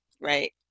right